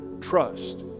trust